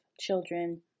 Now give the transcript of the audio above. children